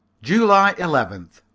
july eleventh.